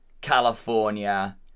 California